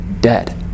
dead